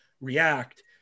react